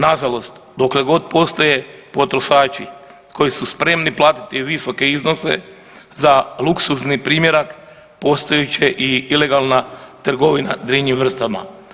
Nažalost, dokle god postoje potrošači koji su spremni platiti visoke iznose za luksuzni primjerak postojat će i ilegalna trgovina divljim vrstama.